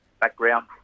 background